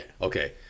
Okay